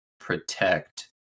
protect